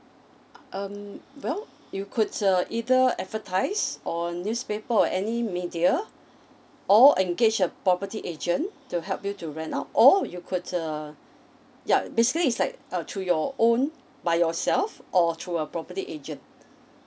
um well you could uh either advertise on newspaper or any media or engage a property agent to help you to rent out or you could uh yup basically is like uh to your own by yourself or through a property agent